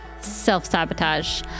self-sabotage